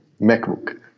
MacBook